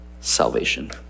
salvation